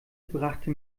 brachte